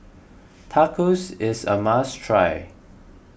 tacos is a must try